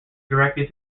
directly